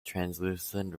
translucent